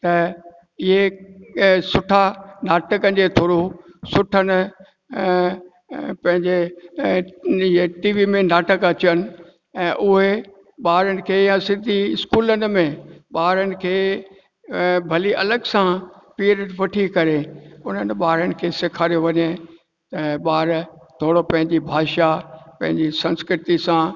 त इहे सुठा नाटक जे थ्रू सुठनि पंहिंजे इहे टी वी में नाटक अचनि ऐं उहे ॿारनि खे या सिंधी स्कूलनि में ॿारनि खे भली अलॻि सां फीस वठी करे उन्हनि ॿारनि खे सेखारियो वञे ऐं ॿार थोरो पंहिंजी भाषा पंहिंजी संस्कृती सां